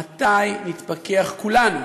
מתי נתפכח כולנו,